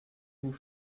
vous